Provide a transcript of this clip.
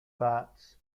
bats